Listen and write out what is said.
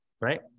right